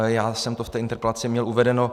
Já jsem to v té interpelaci měl uvedeno.